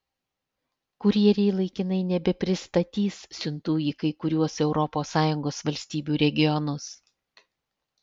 kurjeriai laikinai nebepristatys siuntų į kai kuriuos europos sąjungos valstybių regionus